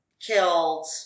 killed